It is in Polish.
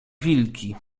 wilki